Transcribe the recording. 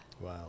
Wow